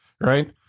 right